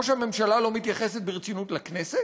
או שהממשלה לא מתייחסת ברצינות לכנסת,